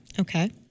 Okay